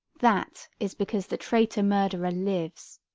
that is because the traitor murderer lives.